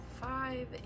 five